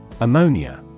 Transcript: Ammonia